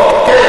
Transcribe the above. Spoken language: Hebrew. אוקיי,